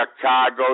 Chicago